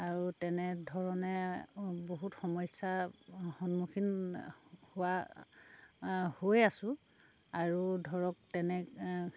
আৰু তেনেধৰণে বহুত সমস্যাৰ সন্মুখীন হোৱা হৈ আছোঁ আৰু ধৰক তেনে